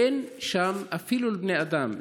אין שם אפילו לבני אדם.